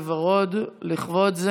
1794 ו-1806.